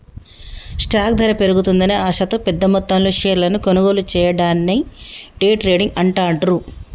stock ధర పెరుగుతుందనే ఆశతో పెద్దమొత్తంలో షేర్లను కొనుగోలు చెయ్యడాన్ని డే ట్రేడింగ్ అంటాండ్రు